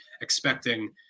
expecting